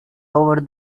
over